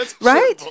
Right